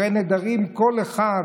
הרי נדרים כל אחד,